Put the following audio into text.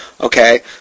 Okay